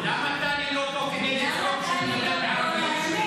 למה טלי לא פה כשהוא דיבר ערבית?